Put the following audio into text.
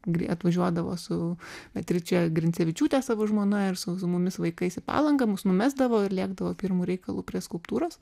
grei atvažiuodavo su beatriče grincevičiūte savo žmona ir su su mumis vaikais į palangą mus numesdavo ir lėkdavo pirmu reikalu prie skulptūros